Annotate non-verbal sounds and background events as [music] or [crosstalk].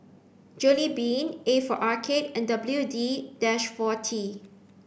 Jollibean A for Arcade and W D [unintelligible] forty